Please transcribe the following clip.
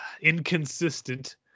inconsistent